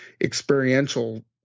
experiential